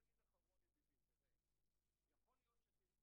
עאידה תומא סלימאן (יו"ר הוועדה לקידום